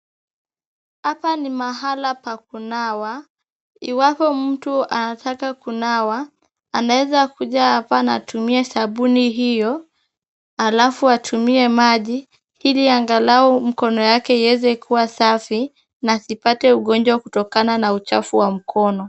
Hapa ni mahala pa kunawa. Iwapo mtu anataka kunawa, anaeza kuja apa na atumie sabuni hiyo, alafu atumie maji ili angalau mkono yake iweze kuwa safi, na asipate ugonjwa kutokana na uchafu wa mkono.